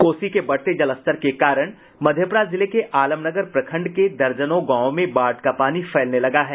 कोसी के बढ़ते जलस्तर के कारण मधेपुरा जिले के आलमनगर प्रखंड के दर्जनों गांवों में बाढ़ का पानी फैलने लगा है